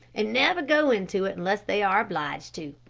and never go into it unless they are obliged to,